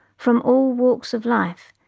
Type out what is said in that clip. from all walks of life,